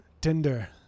Tinder